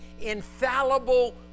infallible